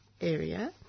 area